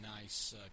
nice